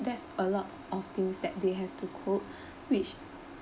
there's a lot of things that they have to cope which